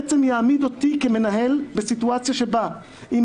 שיעמיד אותי כמנהל בסיטואציה שבה אם